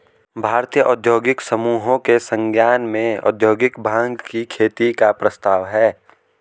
भारतीय औद्योगिक समूहों के संज्ञान में औद्योगिक भाँग की खेती का प्रस्ताव है